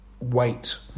wait